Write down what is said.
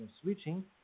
switching